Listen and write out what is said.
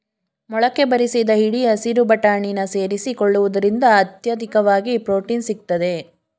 ಮೊಳಕೆ ಬರಿಸಿದ ಹಿಡಿ ಹಸಿರು ಬಟಾಣಿನ ಸೇರಿಸಿಕೊಳ್ಳುವುದ್ರಿಂದ ಅತ್ಯಧಿಕವಾಗಿ ಪ್ರೊಟೀನ್ ಸಿಗ್ತದೆ